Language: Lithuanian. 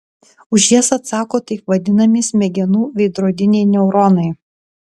už jas atsako taip vadinami smegenų veidrodiniai neuronai